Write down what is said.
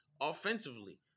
offensively